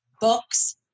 books